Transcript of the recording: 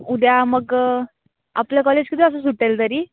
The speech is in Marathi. उद्या मग आपलं कॉलेज किती वाजता सुटेल तरी